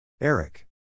Eric